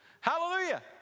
Hallelujah